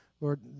Lord